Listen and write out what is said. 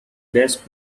best